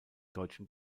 deutschen